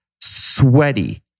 sweaty